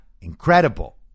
incredible